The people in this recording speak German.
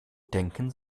denken